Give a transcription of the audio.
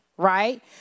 right